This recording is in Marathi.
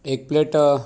एक प्लेट